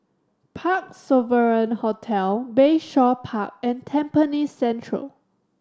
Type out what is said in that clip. Parc Sovereign Hotel Bayshore Park and Tampines Central